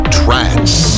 trance